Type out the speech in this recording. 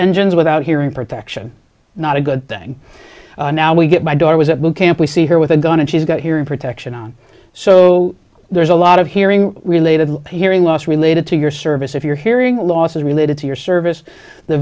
engines without hearing protection not a good thing now we get my daughter was at boot camp we see her with a gun and she's got hearing protection on so there's a lot of hearing related hearing loss related to your service if your hearing loss is related to your service the